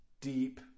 deep